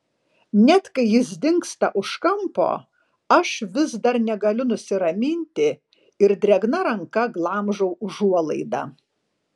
net kai jis dingsta už kampo aš vis dar negaliu nusiraminti ir drėgna ranka glamžau užuolaidą